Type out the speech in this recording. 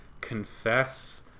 confess